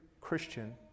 Christian